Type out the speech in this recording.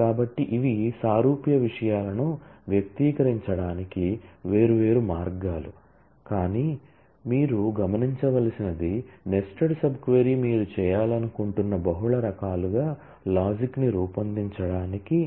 కాబట్టి ఇవి సారూప్య విషయాలను వ్యక్తీకరించడానికి వేర్వేరు మార్గాలు కానీ మీరు గమనించవలసినది నెస్టెడ్ సబ్ క్వరీ మీరు చేయాలనుకుంటున్న బహుళ రకాలుగా లాజిక్ ని రూపొందించడానికి